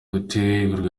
gutegura